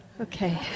Okay